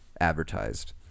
advertised